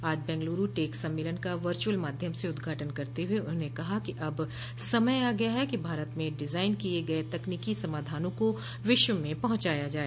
आज बेंगलुरू टेक सम्मेलन का वर्चुअल माध्यम से उद्घाटन करते हुए उन्होंने कहा कि अब समय आ गया है कि भारत में डिजाइन किए गए तकनीकी समाधानों को विश्व में पहुंचाया जाए